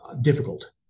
difficult